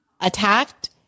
attacked